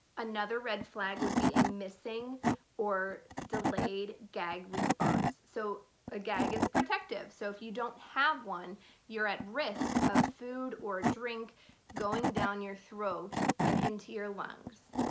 another red flag would be a missing or delayed gag response. so a gag is protective so if you don't have one you're at risk of food or drink going down your throat and into your lungs.